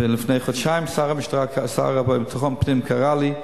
לפני חודשיים השר לביטחון פנים קרא לי,